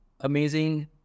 amazing